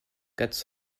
quatre